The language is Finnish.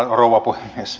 rouva puhemies